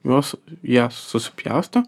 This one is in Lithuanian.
jos ją susipjaustę